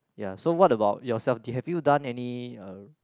ya so what about yourself did you've done any